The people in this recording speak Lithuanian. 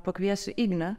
pakviesiu ignę